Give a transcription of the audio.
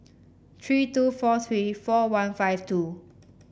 three two four three four one five two